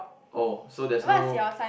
oh so there's no